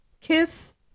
Kiss